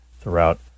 throughout